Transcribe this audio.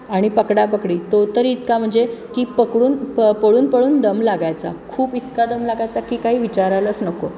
आणि पकडापकडी तो तरी इतका म्हणजे की पकडून प पळून पळून दम लागायचा खूप इतका दम लागायचा की काही विचारायलाच नको